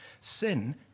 Sin